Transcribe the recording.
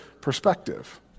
perspective